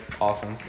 Awesome